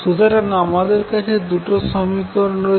সুতরাং আমাদের কাছে দুটি সমীকরণ রয়েছে